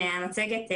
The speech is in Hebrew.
(הצגת מצגת) הנה המצגת.